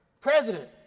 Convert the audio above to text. President